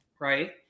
right